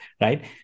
right